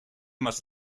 must